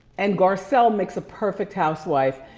and garcell makes a perfect housewife.